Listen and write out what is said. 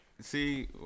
See